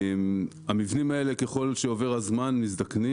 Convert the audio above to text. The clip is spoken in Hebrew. המבנים האלה מזדקנים ככל שעובר הזמן,